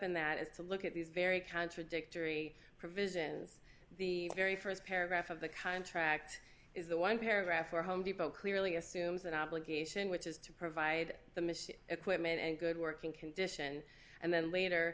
in that is to look at these very contradictory provisions the very st paragraph of the contract is the one paragraph where home depot clearly assumes an obligation which is to provide the mission equipment and good working condition and then later